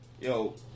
Yo